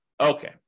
Okay